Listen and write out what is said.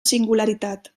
singularitat